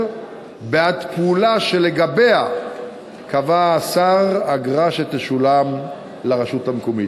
בעד פעולה שלגביה קבע השר אגרה שתשולם לרשות המקומית.